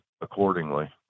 accordingly